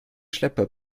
schlepper